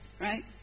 right